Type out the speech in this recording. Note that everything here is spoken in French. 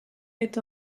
est